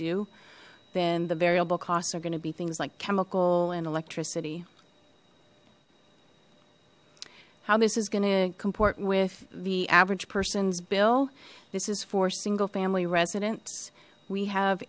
do then the variable costs are going to be things like chemical and electricity how this is going to comport with the average person's bill this is for single family residence we have